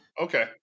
Okay